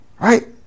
Right